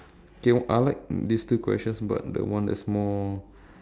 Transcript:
okay I like these two questions but the one that is more